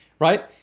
Right